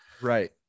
Right